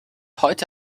heute